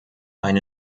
eine